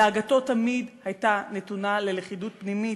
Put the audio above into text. דאגתו תמיד הייתה נתונה ללכידות פנימית,